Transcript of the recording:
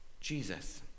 Jesus